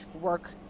work